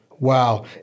Wow